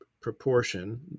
proportion